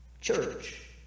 church